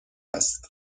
است